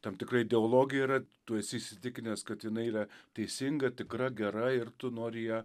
tam tikra ideologija yra tu esi įsitikinęs kad jinai yra teisinga tikra gera ir tu nori ją